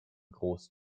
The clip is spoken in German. groß